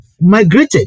migrated